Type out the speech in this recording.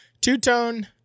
two-tone